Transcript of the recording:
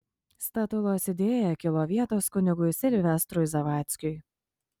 statulos idėja kilo vietos kunigui silvestrui zavadzkiui